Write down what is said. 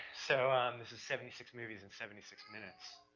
so this is seventy six movies in seventy six minutes.